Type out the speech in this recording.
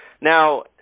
Now